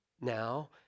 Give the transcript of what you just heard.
now